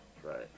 right